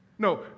No